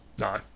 no